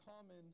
common